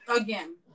again